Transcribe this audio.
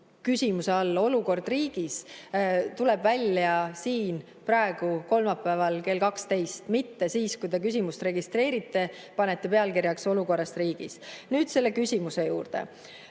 küsimuse all "Olukord riigis", tuleb välja siin ja praegu, kolmapäeval kell 12, mitte siis, kui te küsimuse registreerite ja panete pealkirjaks "Olukord riigis".Nüüd selle küsimuse juurde.